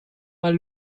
mal